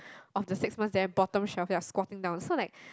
of the six months there bottom shelf I squatting down so like